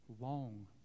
long